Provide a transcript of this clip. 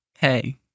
hey